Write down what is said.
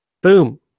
Boom